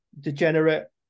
degenerate